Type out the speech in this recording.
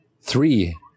Three